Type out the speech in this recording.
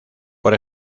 por